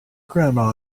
grandma